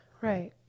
right